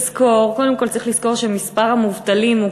קודם כול צריך לזכור שמספר המובטלים הוא